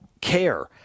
care